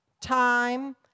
time